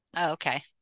Okay